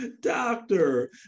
Doctor